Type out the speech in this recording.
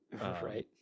right